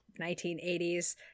1980s